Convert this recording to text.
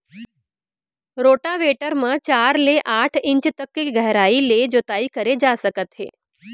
rotavator म चार ले आठ इंच तक के गहराई ले जोताई करे जा सकत हे